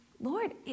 Lord